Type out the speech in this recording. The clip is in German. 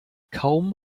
kaum